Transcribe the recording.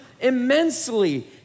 immensely